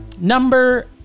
Number